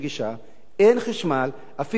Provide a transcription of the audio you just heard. אין חשמל, אפילו אין מי שתייה,